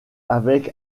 avec